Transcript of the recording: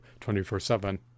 24-7